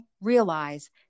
realize